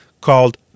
called